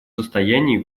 состоянии